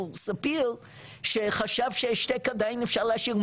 ספיר שחשב שהשתק עדיין אפשר להשאיר,